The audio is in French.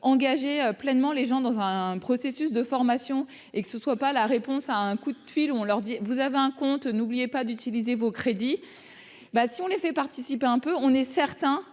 engager pleinement les gens dans un processus de formation et que ce soit pas la réponse à un coup de fil, on leur dit : vous avez un compte, n'oubliez pas d'utiliser vos crédits ben si on les fait participer un peu, on est certain